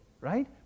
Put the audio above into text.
right